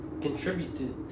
contributed